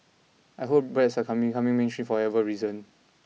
I hope breads are becoming mainstream for whatever reason